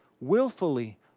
willfully